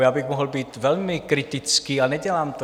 Já bych mohl být velmi kritický a nedělám to.